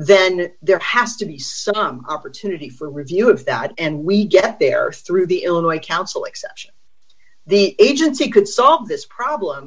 then there has to be some opportunity for review of that and we get there through the illinois council exception the agency could solve this problem